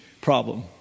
problem